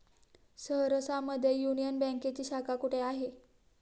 सहरसा मध्ये युनियन बँकेची शाखा कुठे आहे?